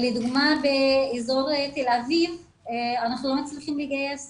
לדוגמה באזור תל אביב אנחנו לא מצליחים לגייס